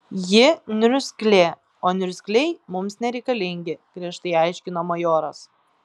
ji niurzglė o niurzgliai mums nereikalingi griežtai aiškino majoras